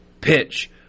pitch